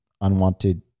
unwanted